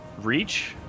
reach